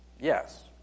Yes